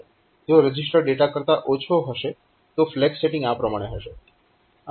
જો register data કરતા ઓછો હશે તો ફ્લેગ સેટીંગ આ પ્રમાણે હશે